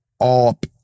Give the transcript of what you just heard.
up